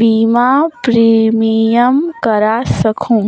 बीमा प्रीमियम करा सकहुं?